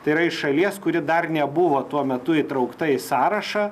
tai yra iš šalies kuri dar nebuvo tuo metu įtraukta į sąrašą